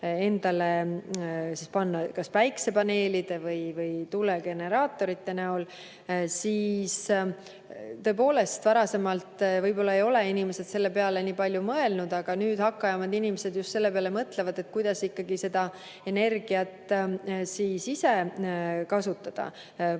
endale teha kas päikesepaneelide või tuulegeneraatorite näol, siis tõepoolest, varasemalt võib-olla ei ole inimesed selle peale nii palju mõelnud, aga nüüd hakkajamad inimesed just selle peale mõtlevad, kuidas energiat ise enda tarbeks